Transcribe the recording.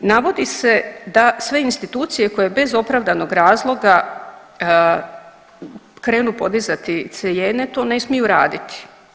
Navodi se da sve institucije koje bez opravdanog razloga krenu podizati cijene to ne smiju raditi.